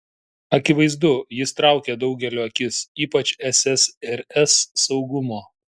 akivaizdu jis traukė daugelio akis ypač ssrs saugumo